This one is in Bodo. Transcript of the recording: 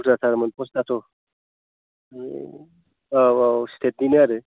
बुरजाथारमोन पस्तआथ' औ औ स्टेटनिनो आरो